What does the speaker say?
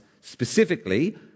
specifically